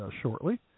shortly